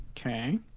Okay